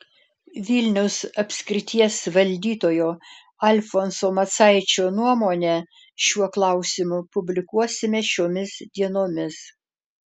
vilniaus apskrities valdytojo alfonso macaičio nuomonę šiuo klausimu publikuosime šiomis dienomis